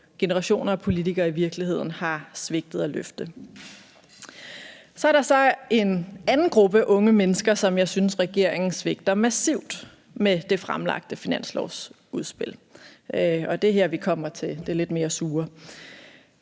generationer af politikere i virkeligheden har svigtet at løfte. Så er der så en anden gruppe unge mennesker, som jeg synes regeringen svigter massivt med det fremlagte finanslovsudspil, og det er her, vi kommer til det lidt mere sure.